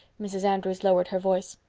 mrs. andrews lowered her voice.